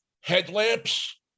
headlamps